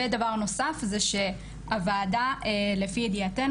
ודבר נוסף זה שהוועדה לפי ידיעתנו,